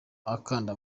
akanda